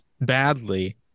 badly